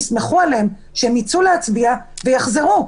אז תסמכו עליהם שיצאו להצביע ויחזרו.